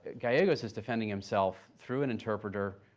gallegos is defending himself, through an interpreter,